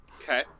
Okay